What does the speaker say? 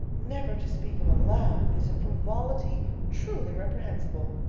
never to speak of a laugh, is a frivolity truly reprehensible.